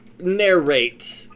narrate